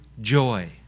joy